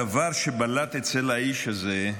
הדבר שבלט אצל האיש הזה,